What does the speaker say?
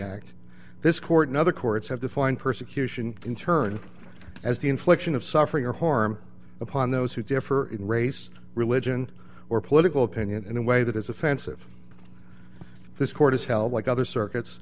act this court in other courts have defined persecution in turn as the infliction of suffering or harm upon those who differ in race religion or political opinion in a way that is offensive this court is held like other circuits